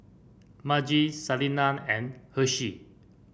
Margie Salina and Hershel